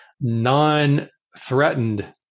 non-threatened